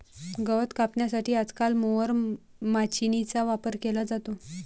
गवत कापण्यासाठी आजकाल मोवर माचीनीचा वापर केला जातो